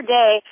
day